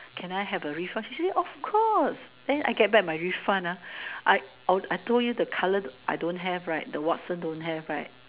can I have a refunds she say of course then I get back my refund ah I I told you the color I don't have right that Watsons don't have right